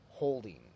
Holding